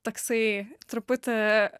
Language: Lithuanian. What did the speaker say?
toksai truputį